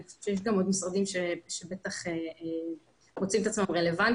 אני חושבת שיש גם עוד משרדים שבטח מוצאים את עצמם רלוונטיים.